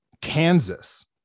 Kansas